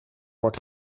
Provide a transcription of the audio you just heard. wordt